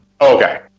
Okay